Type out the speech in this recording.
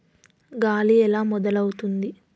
గాలి ఎలా మొదలవుతుంది?